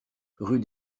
rue